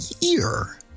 year